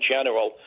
General